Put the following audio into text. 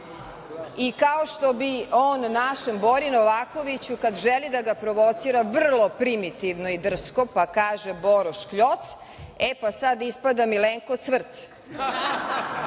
i kao što bi našem Bori Novakoviću, kad želi da ga provocira, vrlo primitivno i drsko, pa kaže „Boro škljoc“, e pa sad ispada Milenko „cvrc“